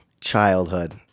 childhood